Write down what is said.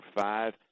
five